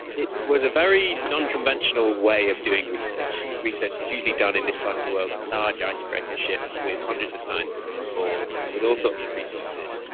it was a very nonconventional way of doing research. research is usually done in this part of the world on large icebreaker ships with hundreds of scientists on board, with all sorts of resources.